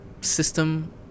system